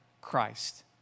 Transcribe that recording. Christ